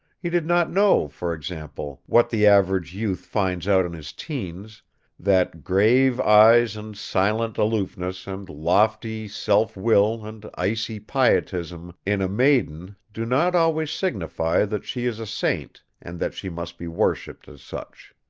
he did not know, for example, what the average youth finds out in his teens that grave eyes and silent aloofness and lofty self-will and icy pietism in a maiden do not always signify that she is a saint and that she must be worshiped as such.